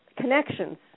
connections